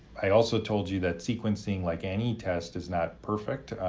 i also told you that sequencing, like any test, is not perfect.